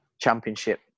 championship